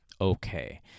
Okay